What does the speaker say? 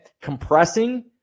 Compressing